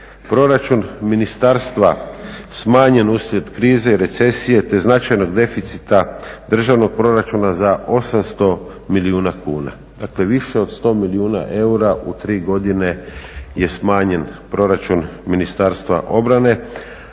proračun ministarstva smanjen uslijed krize, recesije te značajnog deficita državnog proračuna za 800 milijuna kuna. Dakle, više od 100 milijuna eura u tri godine je smanjen proračun Ministarstva obrane